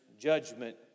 judgment